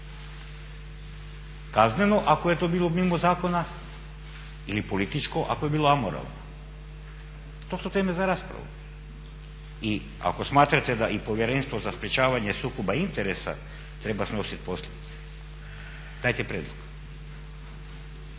kazneno ako je to bilo mimo zakona ili političko ako je bilo amoralno? To su teme za raspravu. I ako smatrate da Povjerenstvo za sprječavanje sukoba interesa treba snositi posljedice dajte prijedlog.